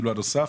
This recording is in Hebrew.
הקטע הנוסף?